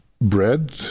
bread